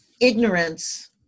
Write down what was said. ignorance –